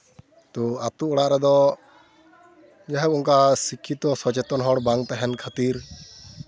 ᱟᱹᱛᱩ ᱚᱲᱟᱜ ᱨᱮᱫᱚ ᱡᱟᱭᱦᱚᱠ ᱚᱱᱠᱟ ᱥᱤᱠᱠᱷᱤᱛᱚ ᱥᱚᱪᱮᱛᱚᱱ ᱦᱚᱲ ᱵᱟᱝ ᱛᱟᱦᱮᱱ ᱠᱷᱟᱹᱛᱤᱨ